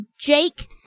jake